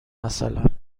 مثلا